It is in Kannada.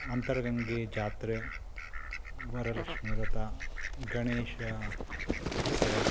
ಅಂತರಗಂಗೆ ಜಾತ್ರೆ ವರಲಕ್ಷ್ಮಿ ವ್ರತ ಗಣೇಶ ಉತ್ಸವ